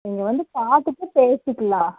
நீங்கள் வந்து பார்த்துட்டு பேசிக்கிலாம்